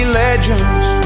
legends